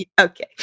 Okay